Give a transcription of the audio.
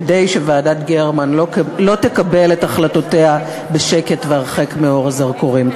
כדי שוועדת גרמן לא תקבל את החלטותיה בשקט והרחק מאור הזרקורים.